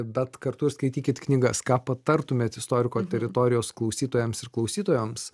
bet kartu ir skaitykit knygas ką patartumėt istoriko teritorijos klausytojams ir klausytojoms